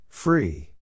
Free